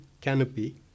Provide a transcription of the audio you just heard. canopy